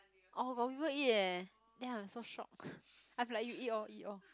oh got people eat eh then I'm so shock I'm like you eat all eat all